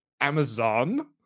Amazon